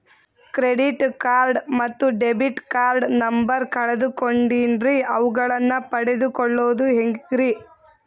Credit card ಮತ್ತು debit card number ಕಳೆದುಕೊಂಡಿನ್ರಿ ಅವುಗಳನ್ನ ಪಡೆದು ಕೊಳ್ಳೋದು ಹೇಗ್ರಿ?